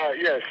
Yes